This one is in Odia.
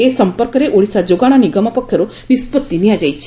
ଏ ସମ୍ମର୍କରେ ଓଡ଼ିଶା ଯୋଗାଣ ନିଗମ ପକ୍ଷରୁ ନିଷ୍ବଭି ନିଆଯାଇଛି